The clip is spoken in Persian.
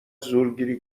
زورگیری